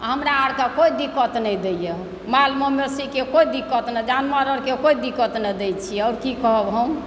हमरा आरके कोई दिक्कत नहि दैए माल मवेशीके कोई दिक्कत नहि जानवर आरके कोई दिक्कत नहि दैए छी आओर की कहब हम